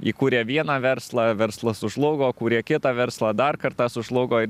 įkūrė vieną verslą verslas sužlugo kūrė kitą verslą dar kartą sužlugo ir